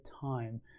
time